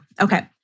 Okay